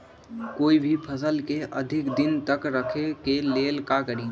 कोई भी फल के अधिक दिन तक रखे के लेल का करी?